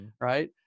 right